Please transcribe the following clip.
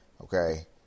Okay